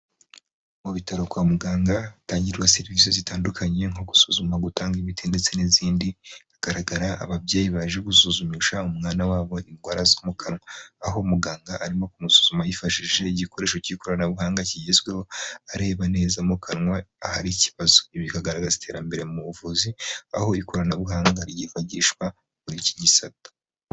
Mu bitaro kwa muganga hatangirwa serivisi zitandukanye nko gusuzuma gutanga imiti ndetse n'izindi, hagaragara ababyeyi baje gusuzumisha umwana wabo indwara zo mukanwa. Aho muganga arimosuzuma hifashishije igikoresho cy'ikoranabuhanga kigezweho areba neza mu kanwa ahari bikagaragaza iterambere mu buvuzi aho ikoranabuhanga ryifashishwa muri iki gisata.